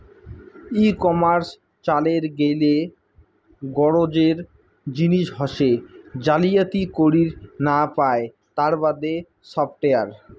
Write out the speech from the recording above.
ই commerce চালের গেইলে গরোজের জিনিস হসে জালিয়াতি করির না পায় তার বাদে সফটওয়্যার